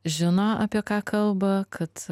žino apie ką kalba kad